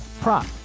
prop